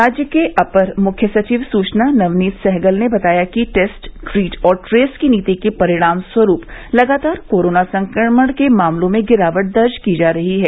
राज्य के अपर मुख्य सचिव सूचना नवनीत सहगल ने बताया है कि टेस्ट ट्रीट और ट्रेस की नीति के परिणाम स्वरूप लगातार कोरोना संक्रमण के मामलों में गिरावट दर्ज की जा रही है